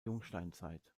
jungsteinzeit